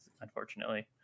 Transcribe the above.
unfortunately